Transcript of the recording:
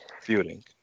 feuding